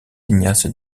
ignace